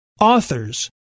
authors